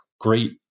great